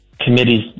committees